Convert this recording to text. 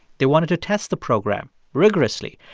they wanted to test the program rigorously.